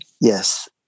Yes